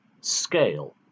scale